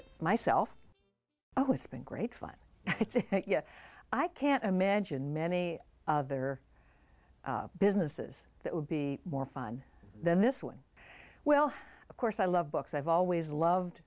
it myself oh it's been great fun yet i can't imagine many other businesses that would be more fun than this one well of course i love books i've always loved